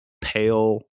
pale